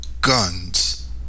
guns